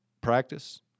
practice